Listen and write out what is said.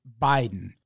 Biden